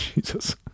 Jesus